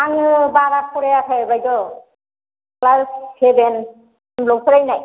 आङो बारा फरायाखै बायद' क्लास सेभेन सिमल' फरायनाय